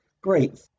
Great